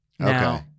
Okay